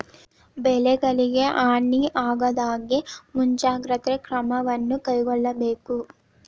ಬೆಳೆಗಳಿಗೆ ಹಾನಿ ಆಗದಹಾಗೆ ಮುಂಜಾಗ್ರತೆ ಕ್ರಮವನ್ನು ಕೈಗೊಳ್ಳಬೇಕು